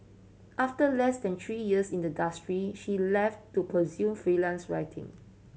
after less than three years in the she left to pursue freelance writing